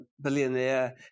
billionaire